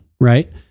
right